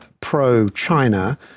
pro-China